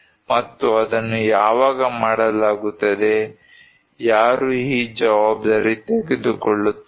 ಮತ್ತು ಅದನ್ನು ಯಾವಾಗ ಮಾಡಲಾಗುತ್ತದೆ ಯಾರು ಈ ಜವಾಬ್ದಾರಿ ತೆಗೆದುಕೊಳ್ಳುತ್ತಾರೆ